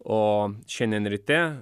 o šiandien ryte